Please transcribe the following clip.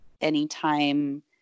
anytime